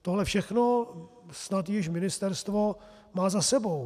Tohle všechno snad již ministerstvo má za sebou.